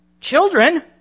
Children